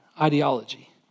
ideology